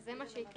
וזה מה שיקרה.